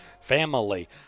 family